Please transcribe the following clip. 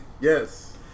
Yes